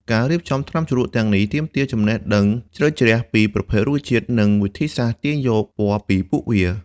ការរៀបចំថ្នាំជ្រលក់ទាំងនេះទាមទារចំណេះដឹងជ្រៅជ្រះពីប្រភេទរុក្ខជាតិនិងវិធីសាស្ត្រទាញយកពណ៌ពីពួកវា។